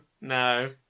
no